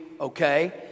okay